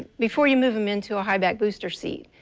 before you move them into high-back booster seat.